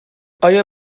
آیا